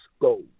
go